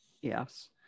Yes